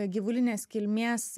gyvulinės kilmės